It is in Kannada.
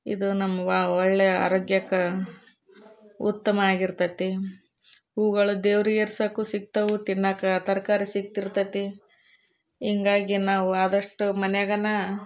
ಇದು ನಮ್ಗೆ ಒಳ್ಳೆ ಆರೋಗ್ಯಕ್ಕೆ ಉತ್ತಮ ಆಗಿರ್ತೈತೆ ಹೂಗಳು ದೇವರಿಗೇರ್ಸೋಕು ಸಿಗ್ತವೆ ತಿನ್ನಾಕೆ ತರಕಾರಿ ಸಿಗ್ತಿರ್ತೈತೆ ಹಿಂಗಾಗಿ ನಾವು ಆದಷ್ಟು ಮನಿಯಾಗೆ